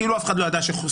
כאילו אף אחד לא ידע שסוכות,